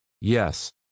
Yes